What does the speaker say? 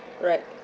right